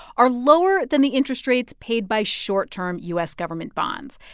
are lower than the interest rates paid by short-term u s. government bonds.